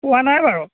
পোৱা নাই বাৰু